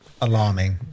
alarming